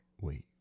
wait